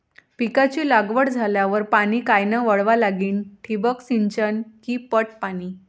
पिकाची लागवड झाल्यावर पाणी कायनं वळवा लागीन? ठिबक सिंचन की पट पाणी?